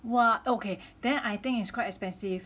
!wah! okay then I think is quite expensive